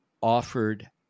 offered